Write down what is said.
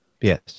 Yes